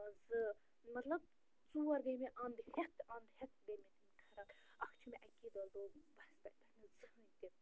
زٕ مطلب ژور گٔے مےٚ انٛد ہٮ۪تھ انٛد ہٮ۪تھ گٔے مےٚ تِم اکھ چھُ مےٚ اکی دۄہ لوگمُت بس تَتہِ پٮ۪ٹھ نہٕ زٕہٲنۍ تہِ